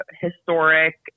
historic